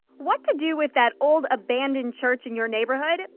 what to do with that old abandoned church in your neighborhood?